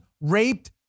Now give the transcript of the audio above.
raped